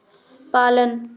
पालन